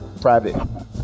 Private